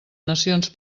nacions